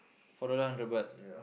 four dollar hundred baht